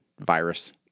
virus